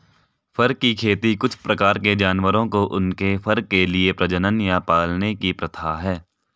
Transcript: फर की खेती कुछ प्रकार के जानवरों को उनके फर के लिए प्रजनन या पालने की प्रथा है